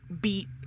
beat